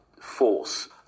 force